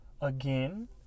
again